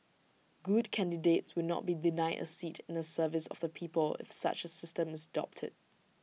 good candidates would not be denied A seat in the service of the people if such A system is adopted